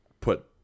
put